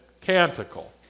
canticle